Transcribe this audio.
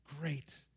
great